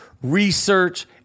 research